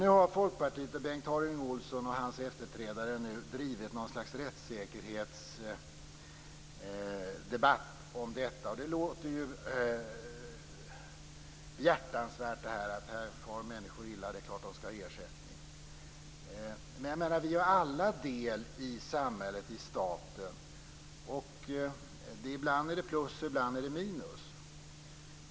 Nu har Folkpartiet, Bengt Harding Olson och hans efterträdare drivit något slags rättssäkerhetsdebatt om detta. Det låter ju behjärtansvärt att säga att här far människor illa och det klart att de skall ha ersättning. Men vi har ju alla del i samhället och staten. Ibland är det plus, och ibland är det minus.